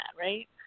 right